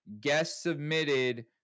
guest-submitted